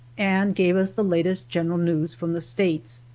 and gave us the latest general news from the states.